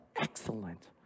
excellent